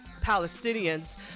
palestinians